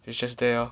it's just there lor